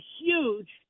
huge